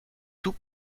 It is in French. tout